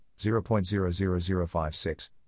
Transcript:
0.00056